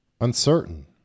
uncertain